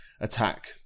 Attack